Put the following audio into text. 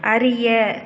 அறிய